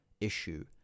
issue